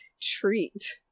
Treat